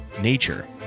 nature